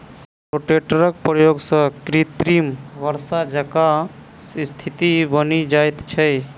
रोटेटरक प्रयोग सॅ कृत्रिम वर्षा जकाँ स्थिति बनि जाइत छै